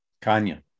Kanya